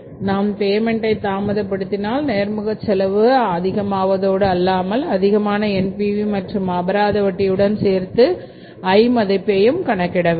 நாம் பேமென்ட் தாமதப்படுத்தினால் நேர்முக செலவு அதிகமாவதோடு அல்லாமல் அதிகமான NPV மற்றும் அபராத வட்டியுடன் சேர்த்து I மதிப்பையும் கணக்கிட வேண்டும்